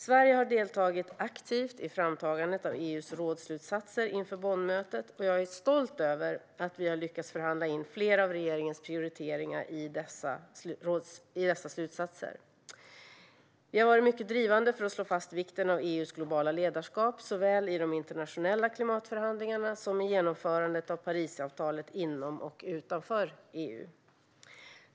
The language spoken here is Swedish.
Sverige har deltagit aktivt i framtagandet av EU:s rådsslutsatser inför mötet i Bonn, och jag är stolt över att vi har lyckats förhandla så att flera av regeringens prioriteringar finns med i dessa slutsatser. Vi har varit mycket drivande för att slå fast vikten av EU:s globala ledarskap, såväl i de internationella klimatförhandlingarna som i genomförandet av Parisavtalet inom och utanför EU.